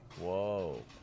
Whoa